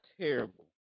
terrible